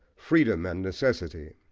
freedom and necessity.